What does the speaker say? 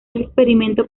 experimento